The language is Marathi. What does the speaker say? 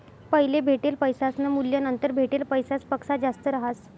पैले भेटेल पैसासनं मूल्य नंतर भेटेल पैसासपक्सा जास्त रहास